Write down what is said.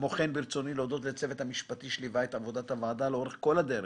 ברצוני להודות לצוות המשפטי שליווה את עבודת הוועדה לאורך כל הדרך